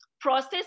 process